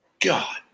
God